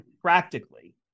practically